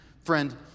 Friend